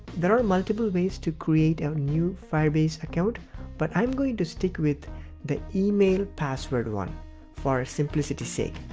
there are multiple ways to create a new firebase account but i am going to stick with the email password one for simplicity sake.